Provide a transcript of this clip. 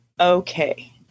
Okay